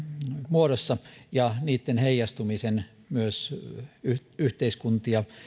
muodossa ja niitten heijastumisen myös yhteiskuntia